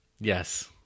yes